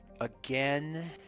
again